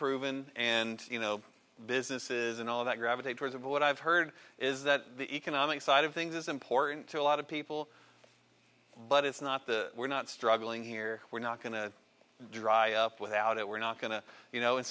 proven and you know businesses and all of that gravitate towards it what i've heard is that the economic side of things is important to a lot of people but it's not the we're not struggling here we're not going to dry up without it we're not going to you know and